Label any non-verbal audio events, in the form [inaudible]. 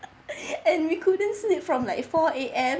and [laughs] we couldn't sleep from like four A_M